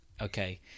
Okay